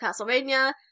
Castlevania